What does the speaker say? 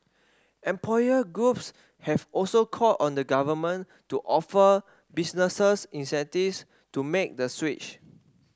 employer groups have also called on the Government to offer businesses incentives to make the switch